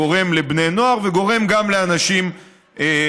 גורם לבני נוער וגורם גם לאנשים מבוגרים.